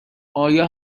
آیا